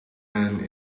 man